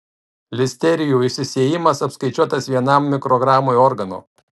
listerijų išsisėjimas apskaičiuotas vienam mikrogramui organo